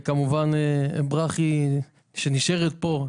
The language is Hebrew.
ברכי שנשארת פה,